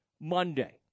Monday